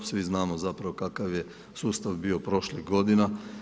Svi znamo zapravo kakav je sustav bio prošlih godina.